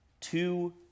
Two